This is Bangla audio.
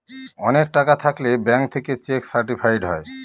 অনেক টাকা থাকলে ব্যাঙ্ক থেকে চেক সার্টিফাইড হয়